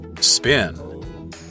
Spin